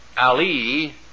Ali